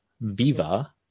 viva